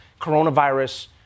coronavirus